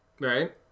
Right